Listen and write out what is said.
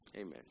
Amen